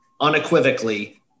unequivocally